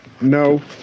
No